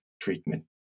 treatment